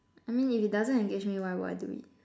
I mean if it doesn't engage me why would I do it